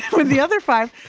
with the other five.